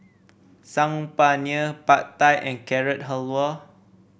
Saag Paneer Pad Thai and Carrot Halwa